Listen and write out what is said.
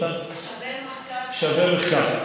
שווה מחקר.